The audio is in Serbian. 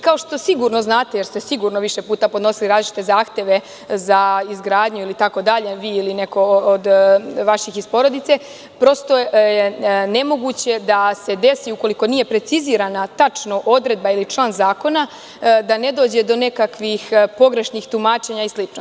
Kao što sigurno znate, jer ste sigurno više puta podnosili različite zahteve za izgradnju itd, vi ili neko od vaših iz porodice, nemoguće je da se desi, ukoliko nije precizirana tačno odredba ili član zakona, da ne dođe do nekakvih pogrešnih tumačenja i slično.